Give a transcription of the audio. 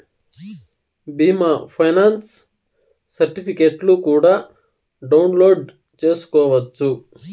బీమా ఫైనాన్స్ సర్టిఫికెట్లు కూడా డౌన్లోడ్ చేసుకోవచ్చు